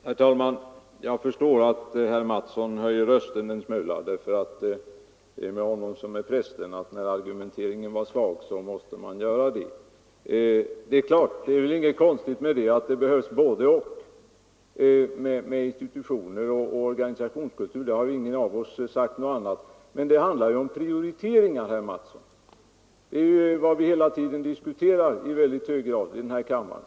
Herr talman! Jag förstår att herr Mattsson i Lane-Herrestad höjer rösten en smula. Det är med honom som med prästen, att när argumenten är svaga måste man höja rösten. Det är väl ingen tvekan att det behövs ett både—och, dvs. både institutionsoch organisationskultur. Ingen av oss har sagt något annat. Men här handlar det om prioriteringar, herr Mattsson! Det är vad vi hela tiden i väldigt hög grad diskuterar här i kammaren.